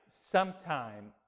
sometime